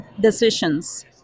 decisions